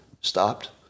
stopped